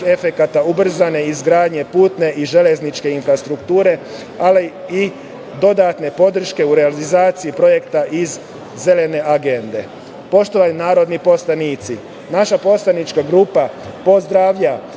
efekata ubrzane izgradnje putne i železničke infrastrukture, ali i dodatne podrške u realizaciji projekta iz Zelene agende. Poštovani narodni poslanici, naša poslanička grupa pozdravlja